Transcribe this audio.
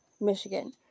Michigan